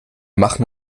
machen